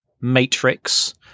Matrix